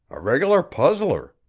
a regular puzzler!